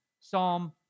Psalm